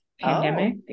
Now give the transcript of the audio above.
pandemic